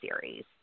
series